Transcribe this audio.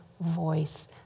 voice